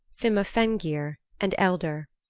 fimaffenger and elder,